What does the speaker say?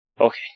Okay